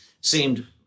seemed